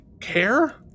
care